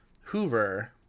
Hoover